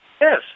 Yes